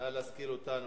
נא להשכיל אותנו